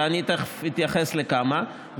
ותכף אתייחס לכמה מהם,